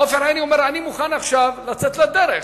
עופר עיני אומר: אני מוכן עכשיו לצאת לדרך.